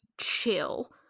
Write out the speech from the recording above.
chill